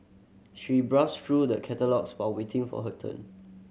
she browsed through the catalogues while waiting for her turn